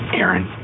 Aaron